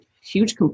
huge